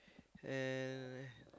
and